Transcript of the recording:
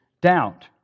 doubt